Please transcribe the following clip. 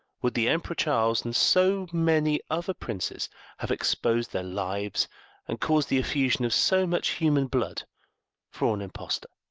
would the emperor charles and so many other princes have exposed their lives and caused the effusion of so much human blood for an impostor.